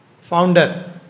founder